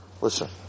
Listen